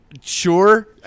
Sure